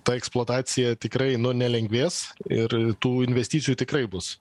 ta eksploatacija tikrai nelengvės ir ir tų investicijų tikrai bus